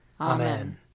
Amen